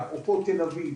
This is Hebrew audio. ואפרופו תל אביב,